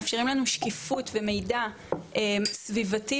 מאפשרים לנו שקיפות ומידע סביבתי,